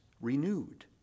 renewed